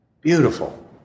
Beautiful